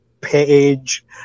page